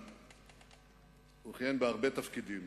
הוא כיהן בהרבה תפקידים,